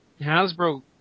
Hasbro